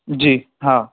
जी हा